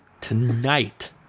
Tonight